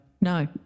No